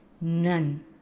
none